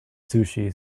sushi